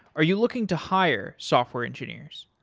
are you looking to hire software engineers?